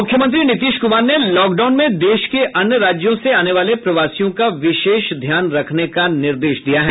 मुख्यमंत्री नीतीश कुमार ने लॉकडाउन में देश के अन्य राज्यों से आने वाले प्रवासियों का विशेष ध्यान रखने का निर्देश दिया है